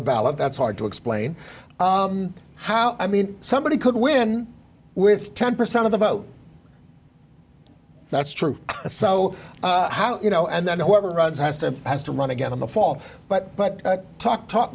the ballot that's hard to explain how i mean somebody could win with ten percent of the vote that's true so how you know and then whoever runs has to has to run again in the fall but but talk